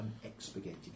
unexpurgated